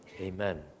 Amen